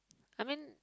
I mean